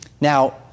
Now